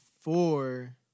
four